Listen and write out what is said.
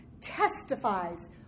testifies